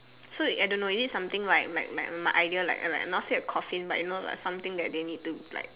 so it I don't know is it something like like like my idea like not say a coffin but you know like something that they need to like